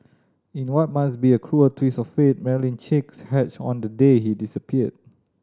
in what must be a cruel twist of fate Marilyn chicks hatched on the day he disappeared